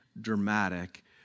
dramatic